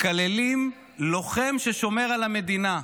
מקללים לוחם ששומר על המדינה,